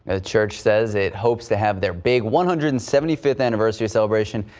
the church says it hopes to have their big one hundred and seventy fifth anniversary celebration.